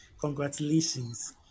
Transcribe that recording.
congratulations